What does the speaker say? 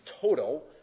total